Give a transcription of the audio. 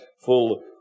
full